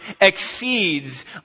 exceeds